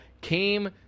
came